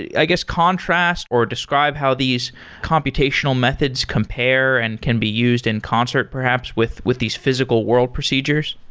yeah i guess, contrast, or describe how these computational methods compare and can be used in concert perhaps with with these physical world procedures?